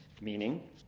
meaning